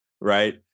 right